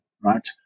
right